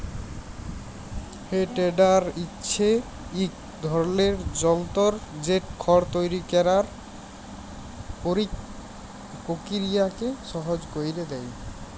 হে টেডার হছে ইক ধরলের যল্তর যেট খড় তৈরি ক্যরার পকিরিয়াকে সহজ ক্যইরে দেঁই